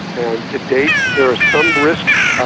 and to date there are some risks.